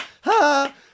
ha